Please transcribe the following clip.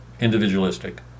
individualistic